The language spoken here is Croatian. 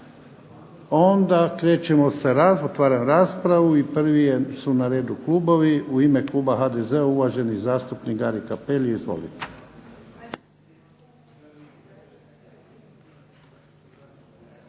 Onda krećemo sa raspravom. Otvaram raspravu. Prvi su na redu klubovi. U Ime Kluba HDZ-a uvaženi zastupnik Gari Cappelli. Izvolite.